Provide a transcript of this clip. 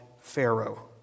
Pharaoh